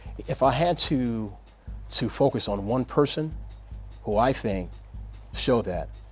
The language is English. if i had to to focus on one person who i think showed that,